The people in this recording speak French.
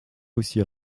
aussi